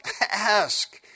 Ask